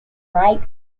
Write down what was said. right